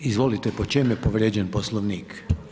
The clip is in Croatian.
Izvolite, po čem je povrijeđen Poslovnik?